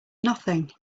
nothing